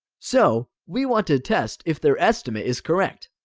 so, we want to test if their estimate is correct.